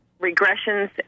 regressions